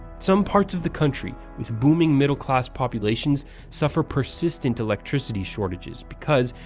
some parts of the country with booming middle class populations suffer persistent electricity shortages because,